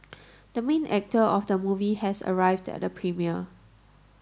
the main actor of the movie has arrived at the premiere